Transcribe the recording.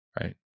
right